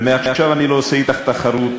ומעכשיו אני לא עושה אתך תחרות.